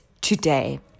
today